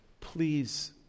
please